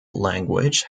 language